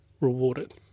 rewarded